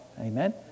Amen